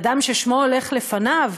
אדם ששמו הולך לפניו,